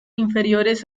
inferiores